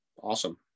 awesome